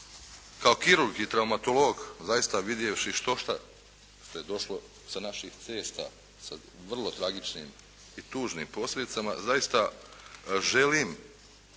Kao kirurg i traumatolog zaista vidjevši štošta što je došlo sa naših cesta sa vrlo tragičnim i tužnim posljedicama, zaista želim,